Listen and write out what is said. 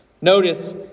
Notice